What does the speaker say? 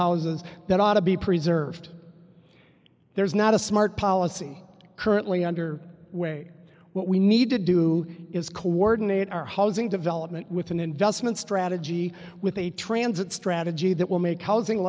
houses that ought to be preserved there's not a smart policy currently under way what we need to do is coordinate our housing development with an investment strategy with a transit strategy that will make housing